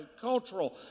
cultural